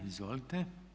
Izvolite.